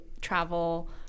travel